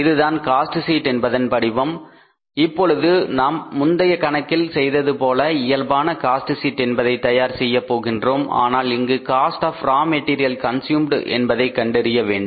இதுதான் cost sheet என்பதன் படிவம் இப்பொழுது நாம் முந்தைய கணக்கில் செய்தது போல இயல்பான காஸ்ட் சீட் என்பதை தயார் செய்ய போகின்றோம் ஆனால் இங்கு cost of raw material consumed என்பதை கண்டறிய வேண்டும்